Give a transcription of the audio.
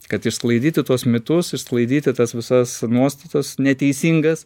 kad išsklaidyti tuos mitus išsklaidyti tas visas nuostatas neteisingas